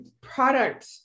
product